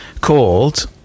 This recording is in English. called